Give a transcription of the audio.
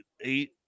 eight